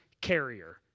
carrier